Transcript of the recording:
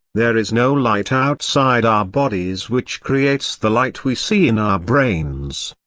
there is no light outside our bodies which creates the light we see in our brains.